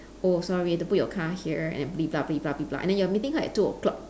oh sorry you have to put your car here and and then you are meeting her at two o-clock